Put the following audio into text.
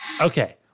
Okay